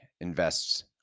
invests